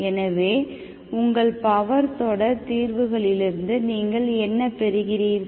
எனவே உங்கள் பவர் தொடர் தீர்வுகளிலிருந்து நீங்கள் என்ன பெறுகிறீர்கள்